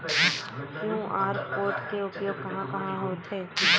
QR code के उपयोग कहां कहां होथे?